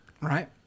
Right